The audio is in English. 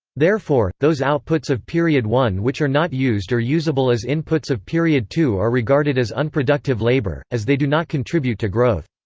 therefore, those outputs of period one which are not used or usable as inputs of period two are regarded as unproductive labour, as they do not contribute to growth.